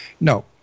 No